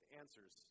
answers